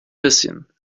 bisschen